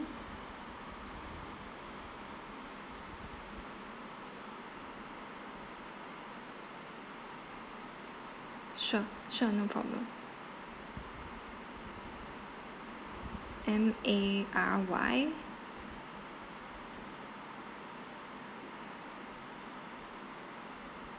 sure sure no problem M A R Y